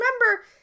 remember